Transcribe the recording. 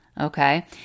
Okay